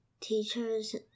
teachers